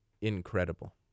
incredible